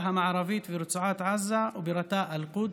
המערבית וברצועת עזה ובירתה אל-קודס,